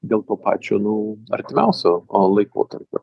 dėl to pačio nu artimiausio laikotarpio